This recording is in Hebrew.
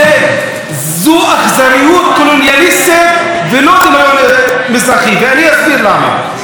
זו אכזריות קולוניאליסטית ולא דמיון מזרחי ואני אסביר למה.